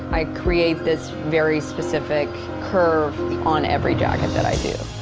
i create this very specific curve on every jacket that i do.